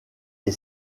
est